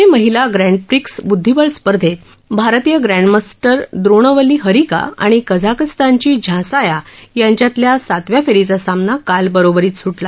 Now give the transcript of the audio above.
FIDE महिला grand prix ब्दधिबळ स्पर्धेत भारतीय ग्रँडमास्टर द्रोणवल्ली हरिका आणि कझाकस्तानची झांसाया अब्दमलिक यांच्यातला सातव्या फेरीचा सामना काल बरोबरीत सुटला